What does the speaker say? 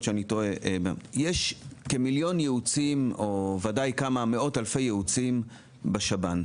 שאני טועה יש כמיליון ייעוץ או ודאי כמה מאות אלפי ייעוצים בשב"ן,